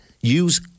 use